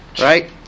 Right